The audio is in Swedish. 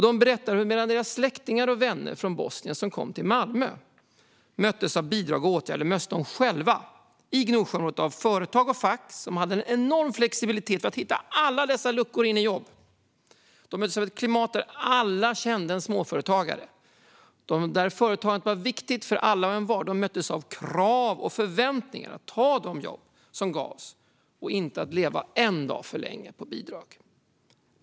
De berättar att medan deras släktingar och vänner i Malmö möttes av bidrag och åtgärder möttes de själva i Gnosjöområdet av företag och fack som visade en enorm flexibilitet för att hitta alla luckor in i jobb. De möttes av ett klimat där alla kände en småföretagare och där företagande var viktigt för alla och envar. De möttes av krav och förväntningar på att ta de jobb som gavs och inte leva en dag för länge på bidrag.